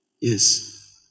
Yes